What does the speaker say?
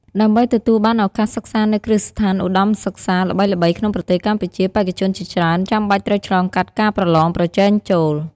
ដើម្បីទទួលបានឱកាសសិក្សានៅគ្រឹះស្ថានឧត្តមសិក្សាល្បីៗក្នុងប្រទេសកម្ពុជា បេក្ខជនជាច្រើនចាំបាច់ត្រូវឆ្លងកាត់ការប្រឡងប្រជែងចូល។